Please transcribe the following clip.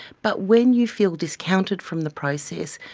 but when you feel discounted from the process,